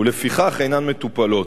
ולפיכך אינן מטופלות.